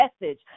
message